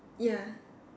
ya